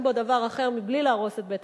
בו דבר אחר מבלי להרוס את בית-הכנסת.